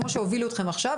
כמו שהובילו אתכם עכשיו,